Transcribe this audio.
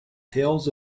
tales